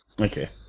Okay